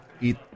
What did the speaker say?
eat